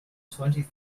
twenty